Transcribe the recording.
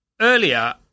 earlier